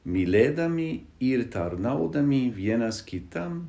mylėdami ir tarnaudami vienas kitam